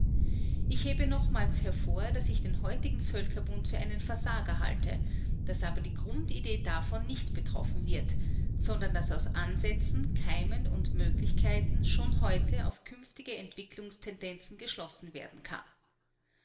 ich hebe nochmals hervor daß ich den heutigen völkerbund für einen versager halte daß aber die grundidee davon nicht betroffen wird sondern daß aus ansätzen keimen und möglichkeiten schon heute auf künftige entwicklungstendenzen geschlossen werden kann